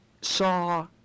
saw